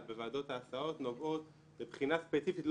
בוועדות ההסעות נובעות מבחינה ספציפית.